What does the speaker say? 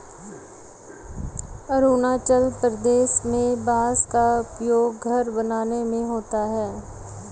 अरुणाचल प्रदेश में बांस का उपयोग घर बनाने में होता है